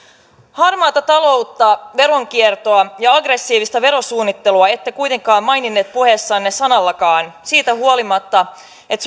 harmaata taloutta veronkiertoa ja aggressiivista verosuunnittelua ette kuitenkaan maininnut puheessanne sanallakaan siitä huolimatta että